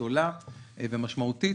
גדולה ומשמעותית.